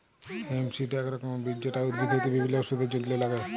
hemp seed এক রকমের বীজ যেটা উদ্ভিদ হইতে বিভিল্য ওষুধের জলহে লাগ্যে